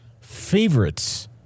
favorites